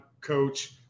coach